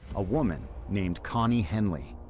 a woman named connie henly.